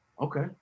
okay